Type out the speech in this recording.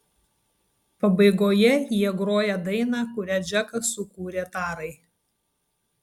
pabaigoje jie groja dainą kurią džekas sukūrė tarai